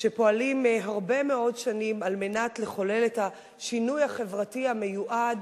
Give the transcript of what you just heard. שפועלים הרבה מאוד שנים כדי לחולל את השינוי החברתי המיועד.